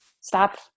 stop